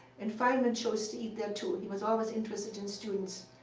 and feynman chose to eat there, too. he was always interested in students.